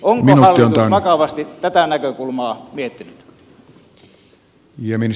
onko hallitus vakavasti tätä näkökulmaa miettinyt